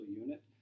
unit